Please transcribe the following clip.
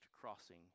crossing